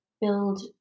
build